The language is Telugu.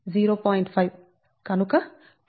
5 కనుక 2